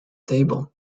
table